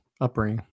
upbringing